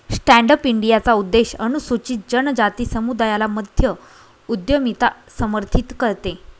stand up इंडियाचा उद्देश अनुसूचित जनजाति समुदायाला मध्य उद्यमिता समर्थित करते